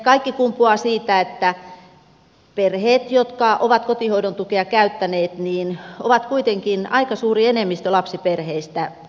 kaikki kumpuaa siitä että perheet jotka ovat kotihoidon tukea käyttäneet ovat kuitenkin aika suuri enemmistö lapsiperheistä